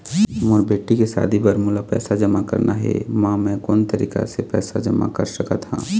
मोर बेटी के शादी बर मोला पैसा जमा करना हे, म मैं कोन तरीका से पैसा जमा कर सकत ह?